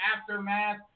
Aftermath